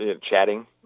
chatting